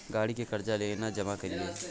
गाड़ी के कर्जा केना जमा करिए?